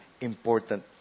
important